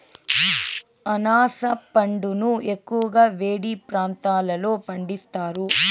అనాస పండును ఎక్కువగా వేడి ప్రాంతాలలో పండిస్తారు